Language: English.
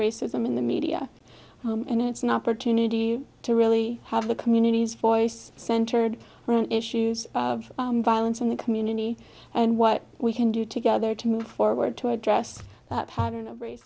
racism in the media and it's an opportunity to really have the communities voice centered around issues of violence in the community and what we can do together to move forward to address that pattern of race